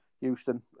Houston